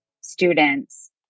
students